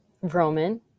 Roman